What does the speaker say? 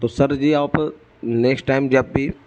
تو سر جی آپ next time جب بھی